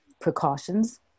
precautions